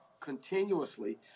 continuously